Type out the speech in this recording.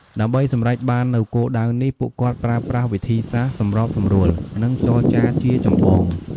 ដើម្បីសម្រេចបាននូវគោលដៅនេះ ពួកគាត់ប្រើប្រាស់ វិធីសាស្ត្រសម្របសម្រួល និងចរចា ជាចម្បង។